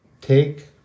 take